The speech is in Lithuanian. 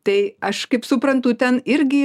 tai aš kaip suprantu ten irgi